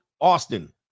Austin